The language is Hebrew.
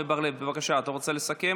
עמר בר לב, בבקשה, אתה רוצה לסכם?